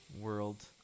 World